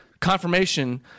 confirmation